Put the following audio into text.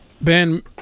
Ben